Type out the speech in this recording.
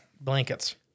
blankets